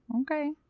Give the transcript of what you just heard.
okay